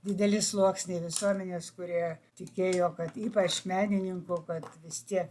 dideli sluoksniai visuomenės kurie tikėjo kad ypač menininkų kad vis tiek